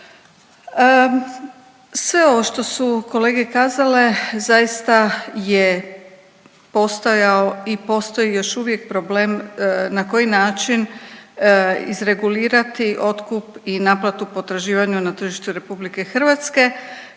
Sve ovo što su kolege kazale zaista je postojao i postoji još uvijek problem na koji način izregulirati otkup i naplatu potraživanja na tržištu Republike Hrvatske.